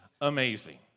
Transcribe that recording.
Amazing